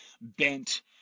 bent